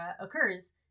occurs